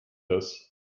das